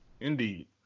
Indeed